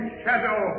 shadow